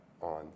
on